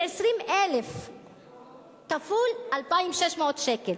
היא 20,000 כפול 2,600 שקל,